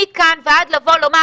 מכאן, ועד לבוא לומר